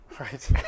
Right